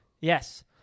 Yes